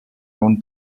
down